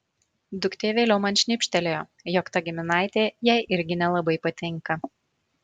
duktė vėliau man šnibžtelėjo jog ta giminaitė jai irgi nelabai patinka